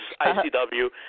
ICW